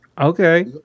Okay